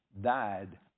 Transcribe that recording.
died